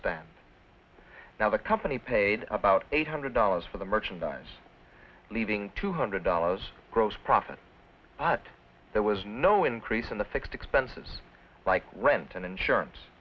stand now the company paid about eight hundred dollars for the merchandise leaving two hundred dollars gross profit but there was no increase in the fixed expenses like rent and insurance